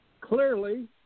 Clearly